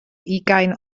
ugain